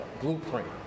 blueprint